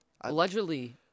allegedly